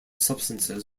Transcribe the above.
substances